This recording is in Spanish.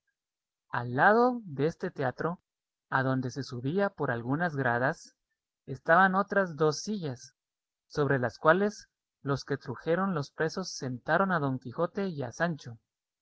al lado deste teatro adonde se subía por algunas gradas estaban otras dos sillas sobre las cuales los que trujeron los presos sentaron a don quijote y a sancho